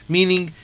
Meaning